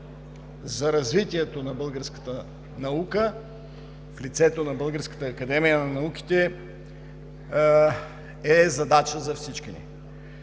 за развитието на българската наука, в лицето на Българската академия на науките, е задача за всички ни.